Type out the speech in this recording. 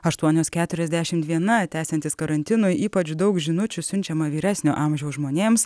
aštuonios keturiasdešimt viena tęsiantis karantinui ypač daug žinučių siunčiama vyresnio amžiaus žmonėms